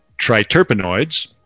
triterpenoids